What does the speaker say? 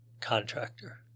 contractor